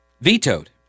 vetoed